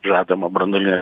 žadama branduolinę